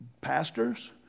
pastors